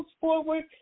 forward